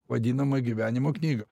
vadinamą gyvenimo knygą